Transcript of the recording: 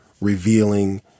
revealing